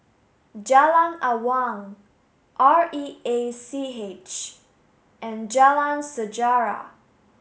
Jalan Awang R E A C H and Jalan Sejarah